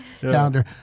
calendar